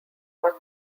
are